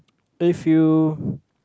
if you